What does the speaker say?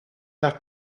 dal